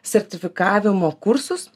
sertifikavimo kursus